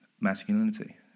masculinity